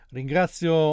ringrazio